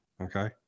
Okay